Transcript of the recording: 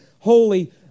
Holy